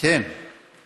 אני